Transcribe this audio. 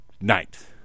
night